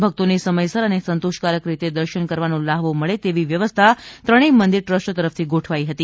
ભક્તો ને સમયસર અને સંતોષ કારક રીતે દર્શન કરવાનો લહાવો મળે તેવી વ્યવ્સ્થા ત્રણેય મંદિર ટ્રસ્ટ તરફ થી ગોઠવાઈ હતી